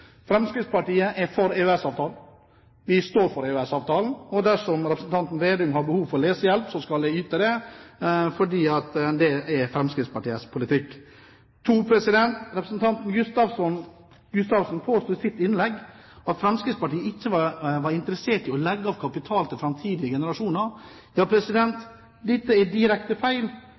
Fremskrittspartiet er for EØS-avtalen. Vi står for EØS-avtalen, og dersom representanten Slagsvold Vedum har behov for lesehjelp, skal jeg yte det, fordi det er Fremskrittspartiets politikk. For det andre: Representanten Gustavsen påsto i sitt innlegg at Fremskrittspartiet ikke var interessert i å legge av kapital til framtidige generasjoner. Dette er direkte feil.